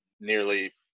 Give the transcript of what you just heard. nearly